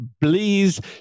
please